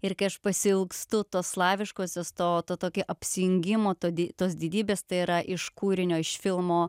ir kai aš pasiilgstu to slaviškosios to to tokio apsijungimo to di tos didybės tai yra iš kūrinio iš filmo